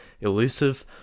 elusive